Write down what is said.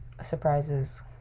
surprises